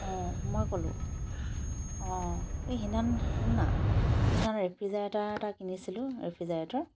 অঁ মই ক'লোঁ অঁ এই সেইদিনাখন শুন না সেইদিনাখন ৰেফ্ৰিজাৰেটাৰ এটা কিনিছিলোঁ ৰেফ্ৰিজাৰেটৰ